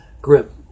grip